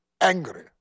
angry